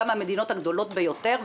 גם המדינות הגדולות ביותר,